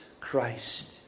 Christ